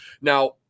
now